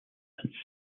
and